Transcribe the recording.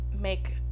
make